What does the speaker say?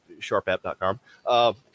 sharpapp.com